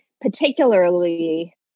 particularly